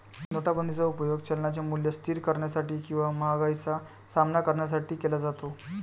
नोटाबंदीचा उपयोग चलनाचे मूल्य स्थिर करण्यासाठी किंवा महागाईचा सामना करण्यासाठी केला जातो